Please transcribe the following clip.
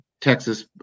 texas